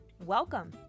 Welcome